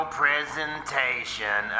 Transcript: presentation